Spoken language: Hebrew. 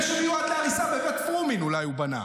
שמיועד להריסה בבית פרומין אולי הוא בנה.